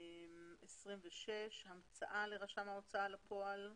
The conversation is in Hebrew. אלה גופים מקבילים